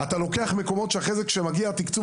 אתה לוקח מקומות שאחרי כן כשמגיע התקצוב